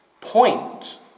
point